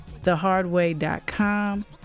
thehardway.com